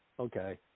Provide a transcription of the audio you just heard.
Okay